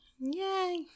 Yay